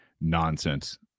nonsense